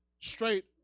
straight